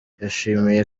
yashimiye